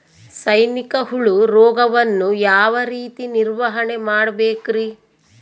ಸೈನಿಕ ಹುಳು ರೋಗವನ್ನು ಯಾವ ರೇತಿ ನಿರ್ವಹಣೆ ಮಾಡಬೇಕ್ರಿ?